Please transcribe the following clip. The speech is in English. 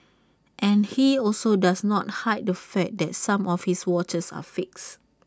and he also does not hide the fact that some of his watches are fakes